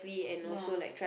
ya